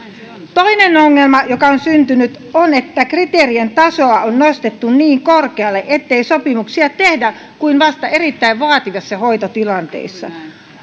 toinen ongelma joka on syntynyt on että kriteerien tasoa on nostettu niin korkealle ettei sopimuksia tehdä kuin vasta erittäin vaativissa hoitotilanteissa